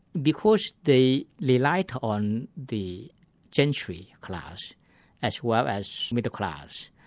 because they relied on the gentry class as well as middle class,